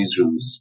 newsrooms